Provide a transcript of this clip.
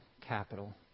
capital